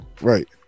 Right